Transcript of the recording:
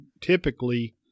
typically